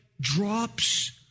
drops